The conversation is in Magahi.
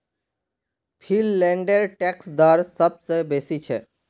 फिनलैंडेर टैक्स दर सब स बेसी छेक